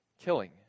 killing